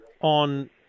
on